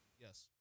Yes